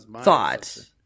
thought